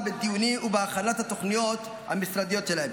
בדיונים ובהכנת התוכניות המשרדיות שלהם.